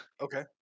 Okay